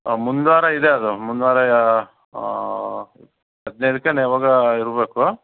ಮುಂದಿನ್ವಾರ ಇದೆ ಅದು ಮುಂದಿನ್ವಾರ ಹದಿನೈದಕ್ಕಾ ಏನೋ ಯಾವಾಗ್ಲೋ ಇರ್ಬೇಕು